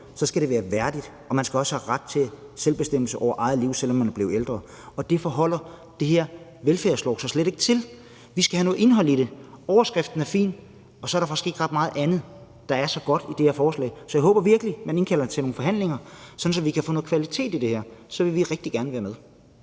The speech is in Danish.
skal være værdigt, og man skal også have ret til selvbestemmelse over eget liv, selv om man er blevet ældre. Det forholder den her velfærdslov sig slet ikke til. Vi skal have noget indhold i den. Overskriften er fin, og så er der faktisk ikke ret meget andet, der er godt i det her forslag. Så jeg håber virkelig, at man indkalder til nogle forhandlinger, sådan at vi kan få noget kvalitet ind i det her. Så vil vi rigtig gerne være med.